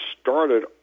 started